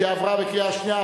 שעברה בקריאה שנייה,